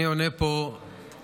אני עונה פה בשם